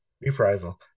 Reprisal